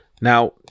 Now